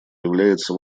является